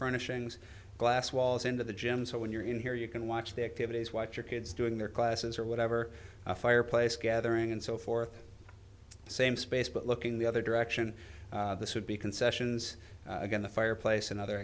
furnishings glass walls into the gym so when you're in here you can watch the activities watch your kids doing their classes or whatever fireplace gathering and so forth same space but looking the other direction this would be concessions again the fireplace and other